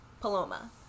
paloma